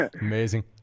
Amazing